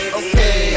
okay